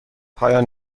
پایان